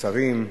שרים,